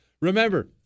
Remember